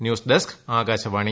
news desk Akashvani